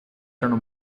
erano